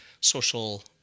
social